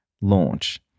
launch